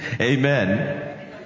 Amen